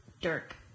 dirk